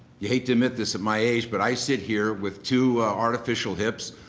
you hate to admit this at my age, but i sit here with two artificial hips,